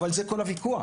אבל זה כל הוויכוח,